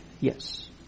Yes